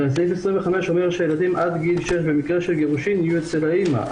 הרי סעיף 25 אומר שהילדים עד גיל שש במקרה של גירושים יהיו אצל האימא.